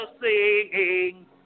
singing